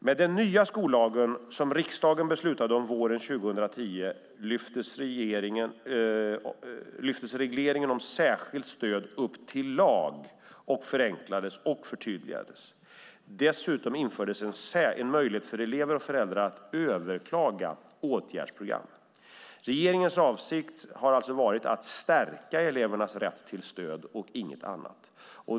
Med den nya skollagen, som riksdagen beslutade om våren 2010, lyftes regleringen om särskilt stöd upp till lag och förenklades och förtydligades. Dessutom infördes en möjlighet för elever och föräldrar att överklaga åtgärdsprogram. Regeringens avsikt har alltså varit att stärka elevernas rätt till stöd och inget annat.